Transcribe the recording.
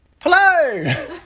Hello